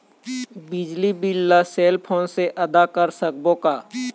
बिजली बिल ला cell phone से आदा कर सकबो का?